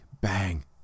bang